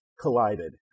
collided